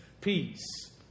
peace